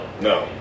No